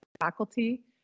faculty